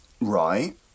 Right